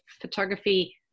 photography